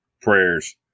prayers